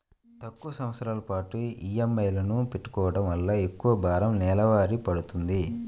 తక్కువ సంవత్సరాల పాటు ఈఎంఐలను పెట్టుకోవడం వలన ఎక్కువ భారం నెలవారీ పడ్తుంది